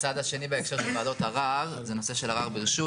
הצעד השני בהקשר של ועדות ערר זה נושא של ערר ברשות.